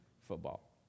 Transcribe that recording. football